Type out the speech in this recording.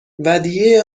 ودیعه